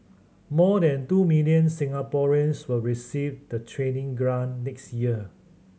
more than two million Singaporeans will receive the training grant next year